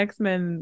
X-Men